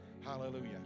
Hallelujah